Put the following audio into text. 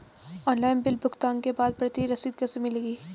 Online bill भुगतान के बाद प्रति रसीद कैसे मिलेगी?